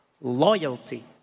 loyalty